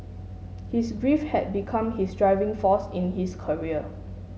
his grief had become his driving force in his career